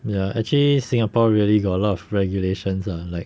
ya actually singapore really got a lot of regulations ah like